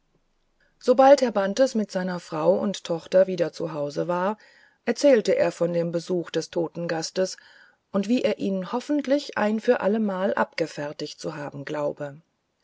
sobald herr bantes mit seiner frau und tochter werden zu hause war erzählte er von dem besuche des toten gastes und wie er ihn hoffentlich ein für allemal abgefertigt zu haben glaube